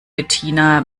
bettina